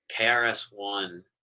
KRS-One